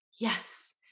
Yes